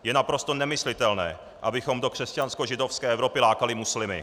Je naprosto nemyslitelné, abychom do křesťanskožidovské Evropy lákali muslimy.